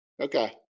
okay